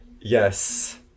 yes